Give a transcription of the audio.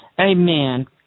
Amen